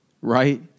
right